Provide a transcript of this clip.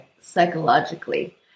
psychologically